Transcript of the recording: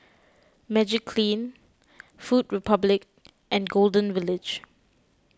Magiclean Food Republic and Golden Village